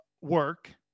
work